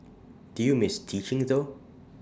do you miss teaching though